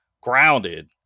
Grounded